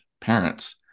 parents